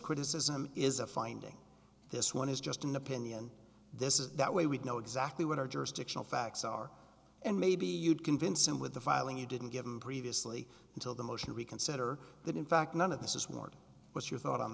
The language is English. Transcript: criticism is a finding this one is just an opinion this is that way we'd know exactly what our jurisdictional facts are and maybe you'd convince him with the filing you didn't give him previously until the motion to reconsider that in fact none of this is working what's your thought on